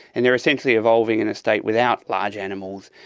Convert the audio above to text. and they are essentially evolving in a state without large animals.